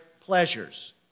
pleasures